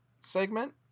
segment